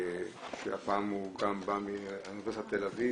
שהוא גם בא מאוניברסיטת תל אביב